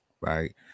right